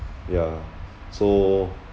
ya so